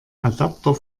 adapter